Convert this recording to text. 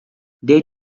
day